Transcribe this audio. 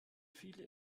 viele